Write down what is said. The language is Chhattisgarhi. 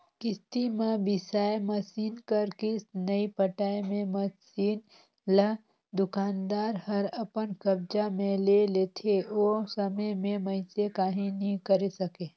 किस्ती म बिसाए मसीन कर किस्त नइ पटाए मे मसीन ल दुकानदार हर अपन कब्जा मे ले लेथे ओ समे में मइनसे काहीं नी करे सकें